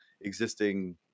existing